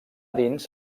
dins